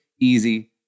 easy